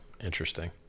Interesting